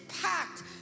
packed